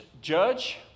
judge